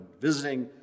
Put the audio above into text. visiting